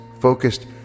focused